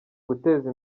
guteza